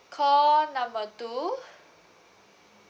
call number two